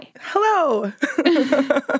Hello